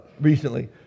recently